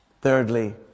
Thirdly